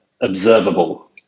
observable